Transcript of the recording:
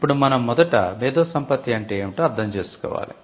ఇప్పుడు మనం మొదట మేధో సంపత్తి అంటే ఏమిటో అర్థం చేసుకోవాలి